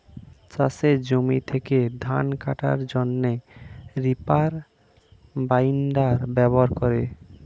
চাষের জমি থেকে ধান কাটার জন্যে রিপার বাইন্ডার ব্যবহার করে